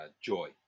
joy